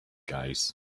guys